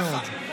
יפה מאוד.